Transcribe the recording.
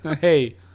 Hey